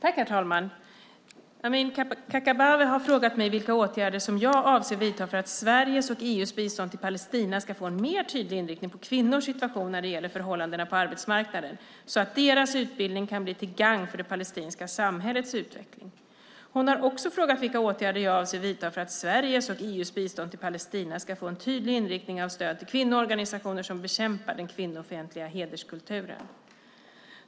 Herr talman! Amineh Kakabaveh har frågat mig vilka åtgärder jag avser att vidta för att Sveriges och EU:s bistånd till Palestina ska få en mer tydlig inriktning på kvinnors situation när det gäller förhållandena på arbetsmarknaden, så att deras utbildning kan bli till gagn för det palestinska samhällets utveckling. Hon har också frågat vilka åtgärder jag avser att vidta för att Sveriges och EU:s bistånd till Palestina ska få en tydlig inriktning på stöd till kvinnoorganisationer som bekämpar den kvinnofientliga hederskulturen.